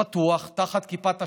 פתוח, תחת כיפת השמיים,